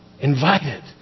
invited